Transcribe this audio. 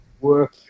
work